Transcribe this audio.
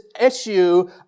issue